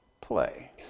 play